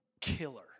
killer